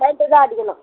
paint தான் அடிக்கணும்